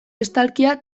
estalkia